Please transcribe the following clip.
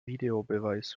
videobeweis